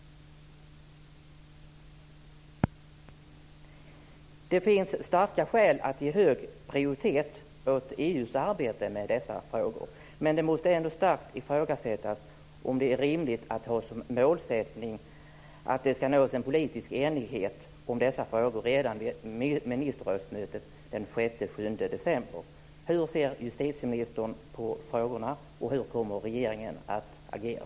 Det finns starka skäl att ge hög prioritet åt EU:s arbete med dessa frågor. Men det måste ändå starkt ifrågasättas om det är rimligt att ha som målsättning att nå politisk enighet om dessa frågor redan vid ministerrådsmötet den 6-7 december. Hur ser justitieministern på frågorna, och hur kommer regeringen att agera?